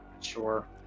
sure